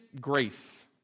grace